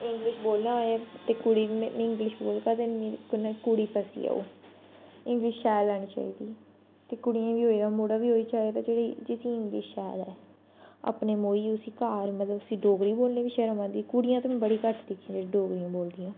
English बोलना होऐ ते कुड़ी मिगी इंग्लिश बोल पता नीं मीं कुल्लै कुड़ी फसी जाह्ग इंग्लिश शैल आनी चाहिदी ते कुड़ियें गी बी होई दा मुड़ा बी ओ ही चाहिदा जेह्दी जिसी इंग्लिश शैल ऐ अपनी मोई उसी घर उसी डोगरी बोलनी बी शर्म आंदी कुड़ियां ते में बड़ी घट्ट दिक्खियां जेह्ड़ियां डोगरी बोलदियां